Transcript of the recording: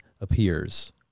appears